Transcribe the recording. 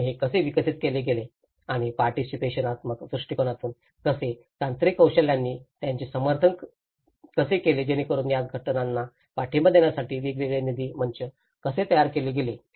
आणि हे कसे विकसित केले गेले आणि पार्टीसिपेशनात्मक दृष्टिकोनातून कसे तांत्रिक कौशल्यांनी त्यांचे समर्थन कसे केले जेणेकरून या संघटनांना पाठिंबा देण्यासाठी वेगवेगळे निधी मंच कसे तयार केले गेले